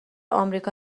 آمریکا